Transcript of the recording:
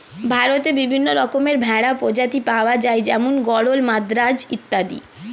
ভারতে বিভিন্ন রকমের ভেড়ার প্রজাতি পাওয়া যায় যেমন গরল, মাদ্রাজ অত্যাদি